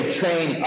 train